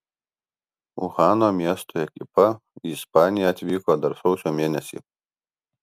uhano miesto ekipa į ispaniją atvyko dar sausio mėnesį